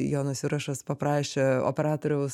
jonas jurašas paprašė operatoriaus